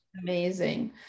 Amazing